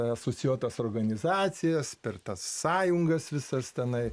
asocijuotas organizacijas per tas sąjungas visas tenai